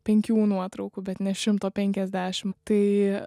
penkių nuotraukų bet ne šimto penkiasdešim tai